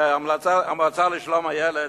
המועצה לשלום הילד,